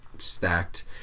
Stacked